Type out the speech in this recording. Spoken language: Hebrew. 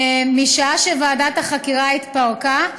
משעה שוועדת החקירה התפרקה,